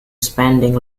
spending